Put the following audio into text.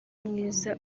mwiza